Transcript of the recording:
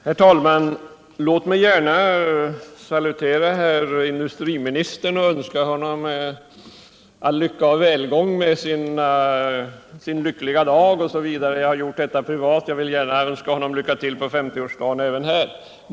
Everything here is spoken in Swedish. Herr talman! Låt mig gärna salutera herr industriministern och önska honom all lycka och välgång med sin vänliga dag. Jag har gjort detta privat och jag vill gärna önska honom lycka till på 50-årsdagen även här.